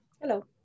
Hello